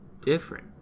different